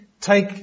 take